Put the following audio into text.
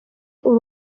uri